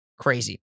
Crazy